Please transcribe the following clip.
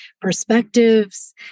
perspectives